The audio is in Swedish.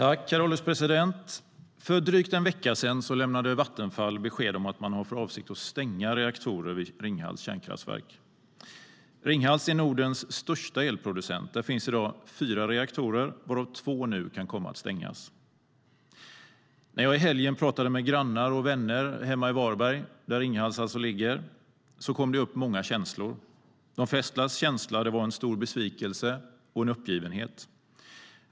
Herr ålderspresident! För drygt en vecka sedan lämnade Vattenfall besked om att man har för avsikt att stänga reaktorer vid Ringhals kärnkraftverk. Ringhals är Nordens största elproducent. Där finns i dag fyra reaktorer, varav två nu kan komma att stängas. När jag i helgen pratade med grannar och vänner hemma i Varberg, där Ringhals ligger, kom det upp många känslor. De flestas känsla var en stor besvikelse och en uppgivenhet.